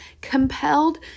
compelled